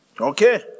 Okay